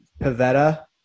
Pavetta